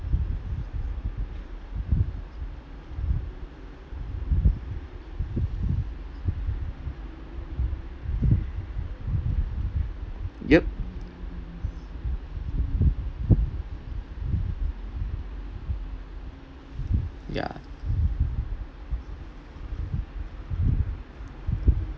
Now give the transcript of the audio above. yup yeah